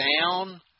down –